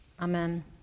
Amen